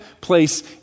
place